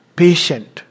patient